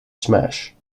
smash